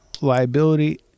liability